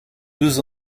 deux